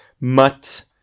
Mutt